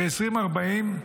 ב-2040,